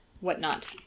whatnot